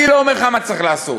אני לא אומר לך מה צריך לעשות,